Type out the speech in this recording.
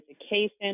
education